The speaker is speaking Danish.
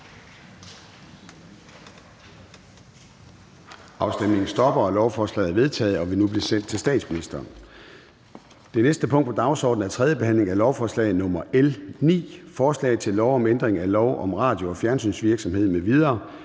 eller imod stemte 0]. Lovforslaget er vedtaget og vil nu blive sendt til statsministeren. --- Det næste punkt på dagsordenen er: 9) 3. behandling af lovforslag nr. L 8: Forslag til lov om ændring af lov om gasforsyning, lov om Energinet